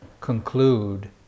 conclude